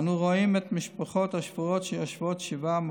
אנו רואים את המשפחות השבורות שיושבות שבעה,